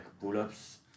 pull-ups